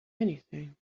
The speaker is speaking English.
anything